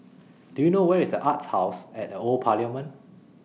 Do YOU know Where IS The Arts House At The Old Parliament